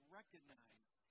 recognize